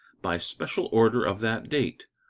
by special order of that date,